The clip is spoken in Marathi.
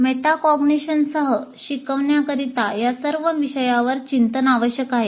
मेटाकॉग्निशनसह शिकवण्याकरिता या सर्व विषयांवर चिंतन आवश्यक आहे